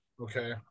Okay